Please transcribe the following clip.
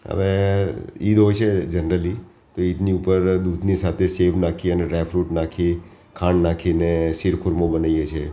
હવે ઈદ હોય છે જનરલી તો ઈદની ઉપર દૂધની સાથે સેવ નાખી અને ડ્રાયફ્રુટ નાખી ખાંડ નાખીને શીર ખુરમા બનાવીએ છે